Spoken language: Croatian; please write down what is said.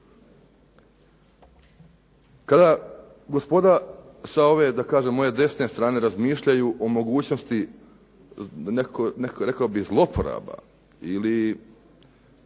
Kada gospoda sa ove, da kažem, moje desne strane razmišljaju o mogućnosti nekakvih rekao bih zloporaba ili